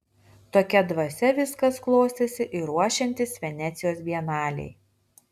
tokia dvasia viskas klostėsi ir ruošiantis venecijos bienalei